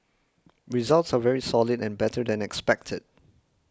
results are very solid and better than expected